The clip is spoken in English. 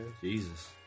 Jesus